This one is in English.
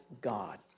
God